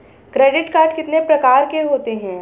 Credit card कितने प्रकार के होते हैं?